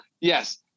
Yes